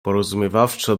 porozumiewawczo